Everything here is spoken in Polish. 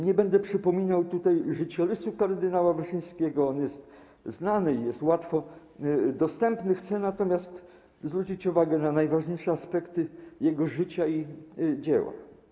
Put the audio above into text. Nie będę przypominał życiorysu kardynała Wyszyńskiego, on jest znany i jest łatwo dostępny, chcę natomiast zwrócić uwagę na najważniejsze aspekty jego życia i dzieła.